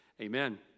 Amen